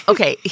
Okay